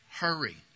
hurry